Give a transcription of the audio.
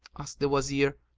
the wazir,